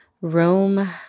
Rome